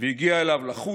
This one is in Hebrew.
והגיע אליו לחוץ,